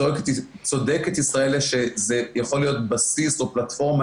צודקת ישראלה שזה יכול להיות בסיס או פלטפורמה